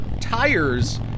tires